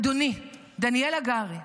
אדוני, דניאל הגרי,